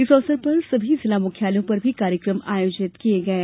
इस अवसर पर सभी जिला मुख्यालयों पर भी कार्यक्रम आयोजित किये गये